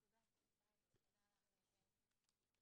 הישיבה ננעלה בשעה 11:47.